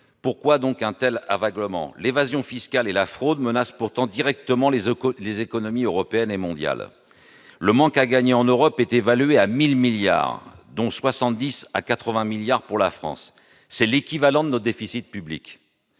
Pourquoi donc un tel aveuglement ? L'évasion et la fraude fiscales menacent pourtant directement les économies européennes et mondiales. Le manque à gagner, en Europe, est évalué à 1 000 milliards, dont 70 à 80 milliards pour la France. C'est l'équivalent de notre déficit public